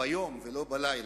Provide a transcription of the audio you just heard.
ביום ולא בלילה,